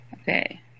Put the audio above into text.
Okay